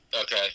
okay